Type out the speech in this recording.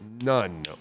None